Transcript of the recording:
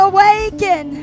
Awaken